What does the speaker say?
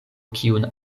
kiun